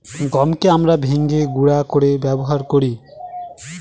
গমকে আমরা ভেঙে গুঁড়া করে ব্যবহার করি